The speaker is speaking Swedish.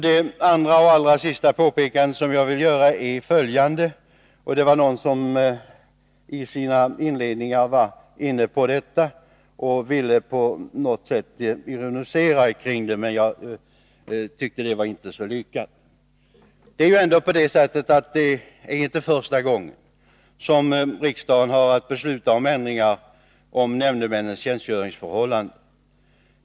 Det allra sista påpekande jag vill göra är följande — någon av de tidigare talarna var inledningsvis inne på detta och ville på något sätt ironisera över det, vilket jag inte tyckte var särskilt lyckat: Det är ju inte första gången riksdagen har att besluta om ändringar i nämndemännens tjänstgöringsförhållanden.